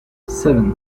seven